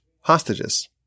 hostages